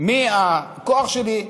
מהכוח שלו.